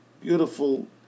Beautiful